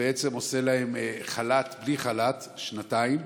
בעצם עושה להם חל"ת בלי חל"ת שנתיים.